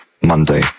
Monday